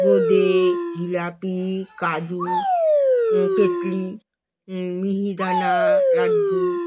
বোঁদে জিলাপি কাজু কেটলি মিহিদানা লাড্ডু